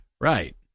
Right